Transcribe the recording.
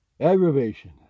Aggravation